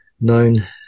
known